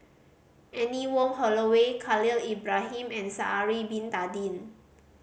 Anne Wong Holloway Khalil Ibrahim and Sha'ari Bin Tadin